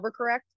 overcorrect